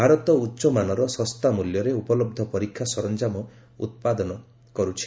ଭାରତ ଉଚ୍ଚମାନର ଶସ୍ତା ମୂଲ୍ୟରେ ଉପଲହ୍ଧ ପରୀକ୍ଷା ସରଞ୍ଜାମ ଉତ୍ପାଦନ କରୁଛି